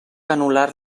anul·lar